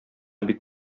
бик